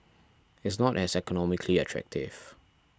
it's not as economically attractive